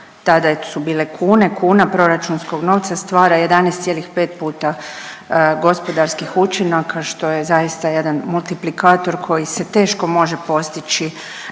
tada su bile kune, kuna proračunskog novca stvara 11,5 puta gospodarskih učinaka, što je zaista jedan multiplikator koji se teško može postići